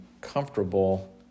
comfortable